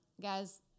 Guys